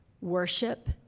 worship